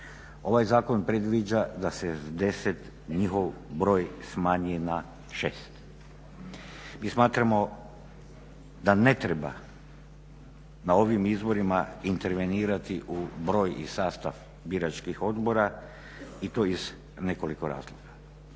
Ovaj zakon predviđa da se s deset njihov broj smanji na šest. Mi smatramo da ne treba na ovim izborima intervenirati u broj i sastav biračkih odbora i to iz nekoliko razloga.